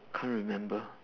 can't remember